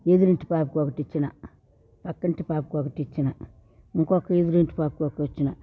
ఎదురింటి పాపకు ఒకటిచ్చినా పక్కింటి పాపకు ఒకటిచ్చినా ఇంకో వీధిలో ఇంటికి పాపకు ఇచ్చిన